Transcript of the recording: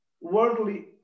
worldly